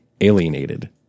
alienated